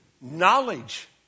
knowledge